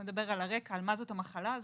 נדבר על הרקע מה זאת המחלה הזאת,